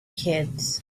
kids